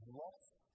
lost